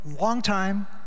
longtime